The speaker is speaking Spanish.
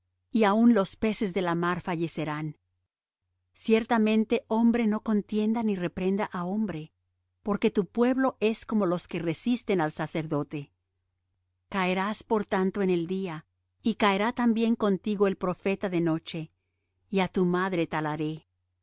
y aun los peces de la mar fallecerán ciertamente hombre no contienda ni reprenda á hombre porque tu pueblo es como los que resisten al sacerdote caerás por tanto en el día y caerá también contigo el profeta de noche y á tu madre talaré